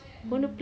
mm